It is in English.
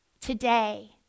Today